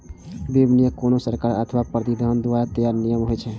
विनियम कोनो सरकार अथवा प्राधिकरण द्वारा तैयार नियम होइ छै